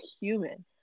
human